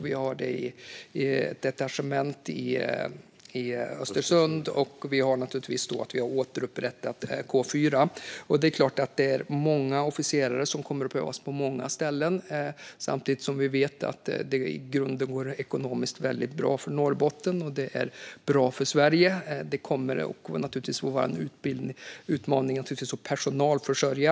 Vi har ett detachement i Östersund, och vi har återupprättat K 4. Det är klart att det är många officerare som kommer att behövas på många ställen. Samtidigt vet vi att det i grunden vore ekonomiskt väldigt bra för Norrbotten och bra för Sverige. Det kommer naturligtvis att vara en utmaning att personalförsörja.